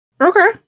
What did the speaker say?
Okay